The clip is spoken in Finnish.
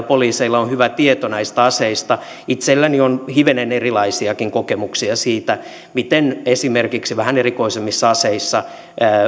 poliiseilla on hyvä tieto näistä aseista itselläni on hivenen erilaisiakin kokemuksia siitä miten esimerkiksi vähän erikoisemmissa aseissa